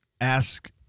ask